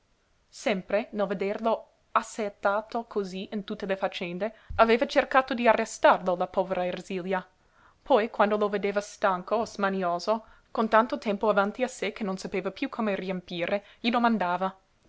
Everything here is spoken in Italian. sempre nel vederlo assaettato cosí in tutte le faccende aveva cercato di arrestarlo la povera ersilia poi quando lo vedeva stanco o smanioso con tanto tempo avanti a sé che non sapeva piú come riempire gli domandava